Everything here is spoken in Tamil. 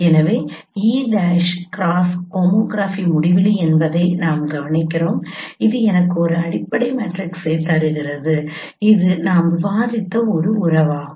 எனவே e' கிராஸ் ஹோமோகிராஃபி முடிவிலி என்பதை நாம் கவனிக்கிறோம் இது எனக்கு ஒரு அடிப்படை மேட்ரிக்ஸைத் தருகிறது இது நாம் விவாதித்த ஒரு உறவாகும்